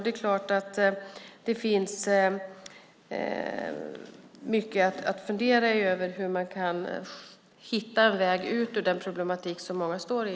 Det är klart att det finns mycket att fundera över när det gäller hur man kan hitta en väg ut ur den problematik som många står i.